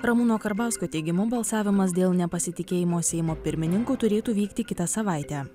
ramūno karbauskio teigimu balsavimas dėl nepasitikėjimo seimo pirmininku turėtų vykti kitą savaitę